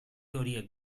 horiek